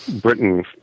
Britain